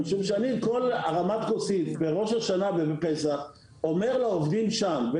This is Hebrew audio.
משום שכל הרמת כוסית בראש השנה ובפסח אני אומר לעובדים שם,